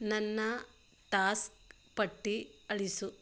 ನನ್ನ ಟಾಸ್ಕ್ ಪಟ್ಟಿ ಅಳಿಸು